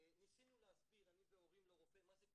ניסינו להסביר, אני והורים, לרופא מה זה קונדוויט.